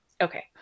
Okay